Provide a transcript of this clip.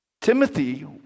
Timothy